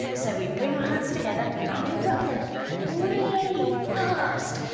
so we bring our hands together and we rub them really fast,